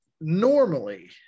normally